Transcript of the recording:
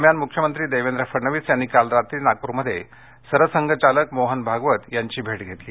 दरम्यान मुख्यमंत्री देवेंद्र फडणवीस यांनी काल रात्री नागप्रमध्ये सरसंघचालक मोहन भागवत यांची भेट घेतली